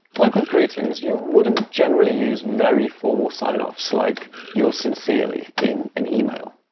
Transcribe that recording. like with greetings, you wouldn't generally use very formal sign-offs like yours sincerely in an email.